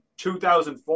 2004